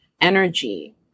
energy